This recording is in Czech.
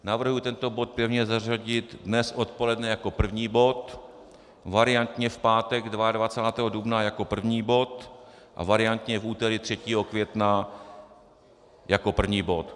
Navrhuji tento bod pevně zařadit dnes odpoledne jako první bod, variantně v pátek 22. dubna jako první bod a variantně v úterý 3. května jako první bod.